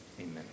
Amen